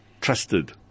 trusted